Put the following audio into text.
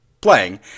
playing